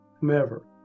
whomever